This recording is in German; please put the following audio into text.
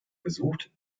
gesucht